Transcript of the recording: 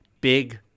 big